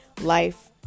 life